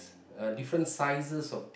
different sizes of